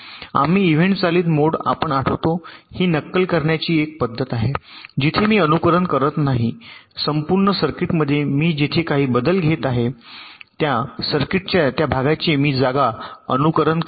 आम्ही इव्हेंट चालित मोड आपण आठवतो ही नक्कल करण्याची एक पद्धत आहे जिथे मी अनुकरण करत नाही संपूर्ण सर्किट्समध्ये मी जेथे काही बदल घेत आहेत त्या सर्किटच्या त्या भागाचे मी जागा अनुकरण करतो